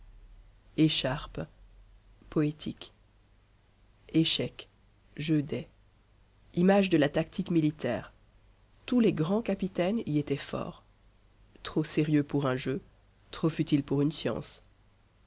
écharpe poétique échecs jeu des image de la tactique militaire tous les grands capitaines y étaient forts trop sérieux pour un jeu trop futile pour une science